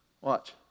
Watch